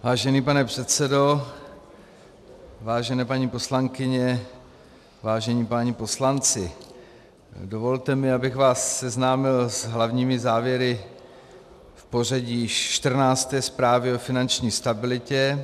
Vážený pane předsedo, vážené paní poslankyně, vážení páni poslanci, dovolte mi, abych vás seznámil s hlavními závěry v pořadí již 14. zprávy o finanční stabilitě.